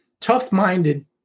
tough-minded